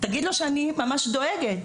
תגיד לו שאני ממש דואגת.